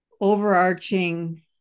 overarching